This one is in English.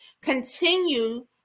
continue